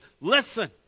Listen